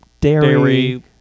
dairy